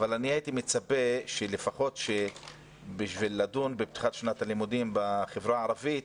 הייתי מצפה שכדי לדון בפתיחת שנת הלימודים בחברה הערבית,